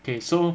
okay so